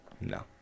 No